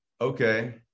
Okay